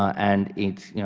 and it's